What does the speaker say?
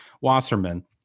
Wasserman